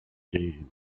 games